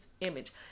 image